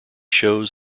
shows